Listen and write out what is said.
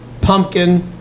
pumpkin